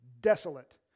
desolate